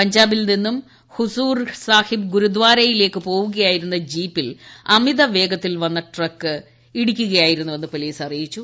പഞ്ചാബിൽ നിന്നും ഹുസൂർ സാഹിബ് ഗുരുദ്ധാരയിലേക്ക് പോവുകയായിരുന്ന ജീപ്പിൽ അമിതവേഗതയിൽ വന്ന് ട്രക്ക് ഇടിക്കുകയായിരുന്നുവെന്ന് പൊലീസ് അറിയിച്ചു